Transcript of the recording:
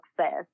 success